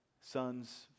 son's